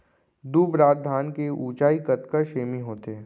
दुबराज धान के ऊँचाई कतका सेमी होथे?